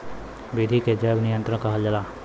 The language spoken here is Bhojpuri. विधि के जैव नियंत्रण कहल जाला